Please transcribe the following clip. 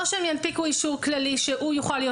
או שהם ינפיקו אישור כללי שהוא יוכל להיות